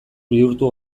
bihurtu